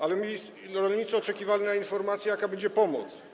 Ale rolnicy oczekiwali na informację, jaka będzie pomoc.